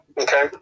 okay